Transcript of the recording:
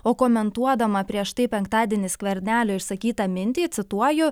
o komentuodama prieš tai penktadienį skvernelio išsakytą mintį cituoju